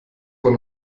man